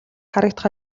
харагдах